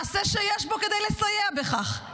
מעשה שיש בו כדי לסייעו לכך,